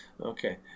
Okay